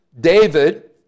David